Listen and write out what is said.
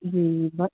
जी